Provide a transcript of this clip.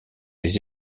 les